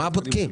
מה בודקים?